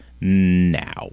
now